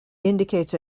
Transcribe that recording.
indicates